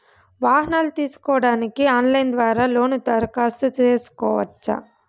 వాహనాలు తీసుకోడానికి ఆన్లైన్ ద్వారా లోను దరఖాస్తు సేసుకోవచ్చా?